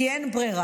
כי אין ברירה.